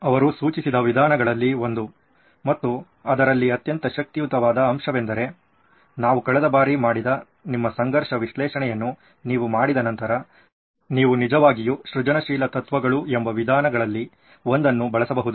ಅವರು ಸೂಚಿಸಿದ ವಿಧಾನಗಳಲ್ಲಿ ಒಂದು ಮತ್ತು ಅದರಲ್ಲಿ ಅತ್ಯಂತ ಶಕ್ತಿಯುತವಾದ ಅಂಶವೆಂದರೆ ನಾವು ಕಳೆದ ಬಾರಿ ಮಾಡಿದ ನಿಮ್ಮ ಸಂಘರ್ಷ ವಿಶ್ಲೇಷಣೆಯನ್ನು ನೀವು ಮಾಡಿದ ನಂತರ ನೀವು ನಿಜವಾಗಿಯೂ ಸೃಜನಶೀಲ ತತ್ವಗಳು ಎಂಬ ವಿಧಾನಗಳಲ್ಲಿ ಒಂದನ್ನು ಬಳಸಬಹುದು